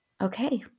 okay